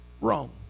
wrong